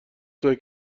توئه